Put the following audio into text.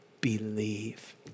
believe